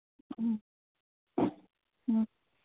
ꯎꯝ ꯎꯝ